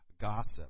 gossip